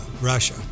Russia